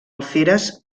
alferes